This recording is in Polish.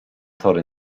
tory